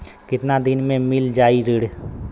कितना दिन में मील जाई ऋण?